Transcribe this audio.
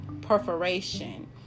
Perforation